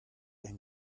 ein